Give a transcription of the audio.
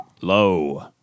low